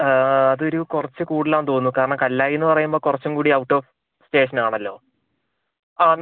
അത് ഒരു കുറച്ച് കൂടുതലാണെന്ന് തോന്നുന്നു കാരണം കല്ലായിയെന്ന് പറയുമ്പോൾ കുറച്ചും കൂടി ഔട്ട് ഓഫ് സ്റ്റേഷൻ ആണല്ലോ ആ